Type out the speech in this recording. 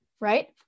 right